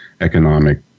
Economic